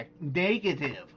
negative